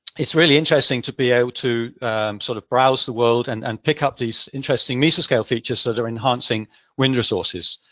it's really interesting to be able to sort of browse the world and and pick up these interesting mesoscale features that are enhancing wind resources.